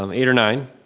um eight or nine.